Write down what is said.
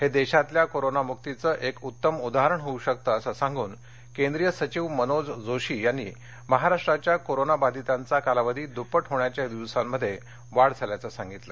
हे देशातल्या कोरोनामुक्तीचे एक उत्तम उदाहरण होऊ शकतं असं सांगून केंद्रीय सचिव मनोज जोशी यांनी महाराष्ट्राच्या कोरोना बाधितांचा कालावधी द्प्पट होण्याच्या दिवसांमध्ये वाढ झाल्याचं सांगितलं